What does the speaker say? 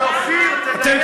אבל, אופיר, תדייק.